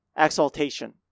exaltation